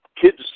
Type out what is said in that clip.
Kids